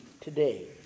today